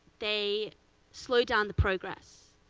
they slow down the progress.